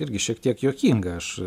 irgi šiek tiek juokinga aš